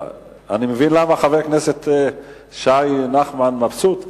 אני מבין למה חבר הכנסת נחמן שי מבסוט,